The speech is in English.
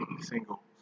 single